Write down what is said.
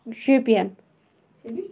Shopian